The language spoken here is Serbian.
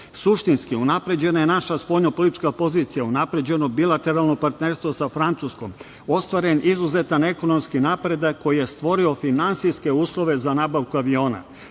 moguće. Suštinski, unapređena je naša spoljno-politička pozicija, unapređeno bilateralno partnerstvo sa Francuskom, ostvaren izuzetan ekonomski napredak koji je stvorio finansijske uslove za nabavku aviona.